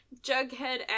Jughead